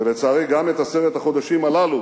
ולצערי, גם את עשרת החודשים הללו